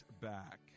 back